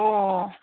ꯑꯣ